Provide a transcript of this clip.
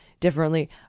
Differently